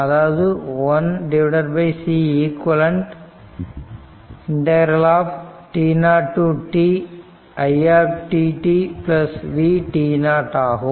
அதாவது 1 Ceq t0 to t ∫ it dt v t0 ஆகும்